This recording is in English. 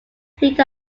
fleet